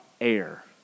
air